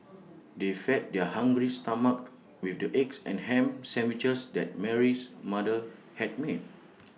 they fed their hungry stomachs with the eggs and Ham Sandwiches that Mary's mother had made